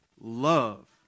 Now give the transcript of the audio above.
love